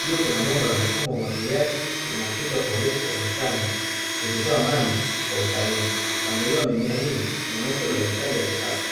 juu kuna bomba la mfumo wa umwagiliaji linalopita kwa urefu wa bustani, likitoa maji kwa usahihi mpangilio wa mimea hii unaonyesha uzalishaji wa kisasa.